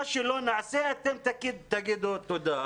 מה שלא נעשה, תגידו תודה".